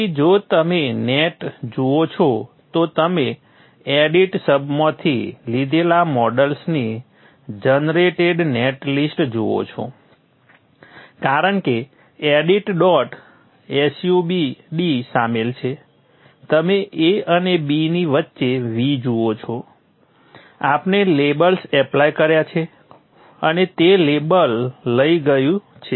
તેથી જો તમે નેટ જુઓ છો તો તમે edt સબમાંથી લીધેલા મોડલની જનરેટેડ નેટ લિસ્ટ જુઓ છો કારણ કે edt ડોટ sud શામેલ છે તમે a અને b ની વચ્ચે V જુઓ છો આપણે લેબલ્સ એપ્લાય કર્યા છે અને તે લેબલ લઈ ગયું છે